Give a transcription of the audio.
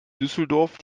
düsseldorf